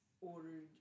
ordered